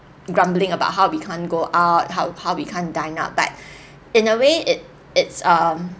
grumbling about how we can't go out how how we can't dine out but in a way it it's um